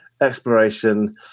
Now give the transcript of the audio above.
exploration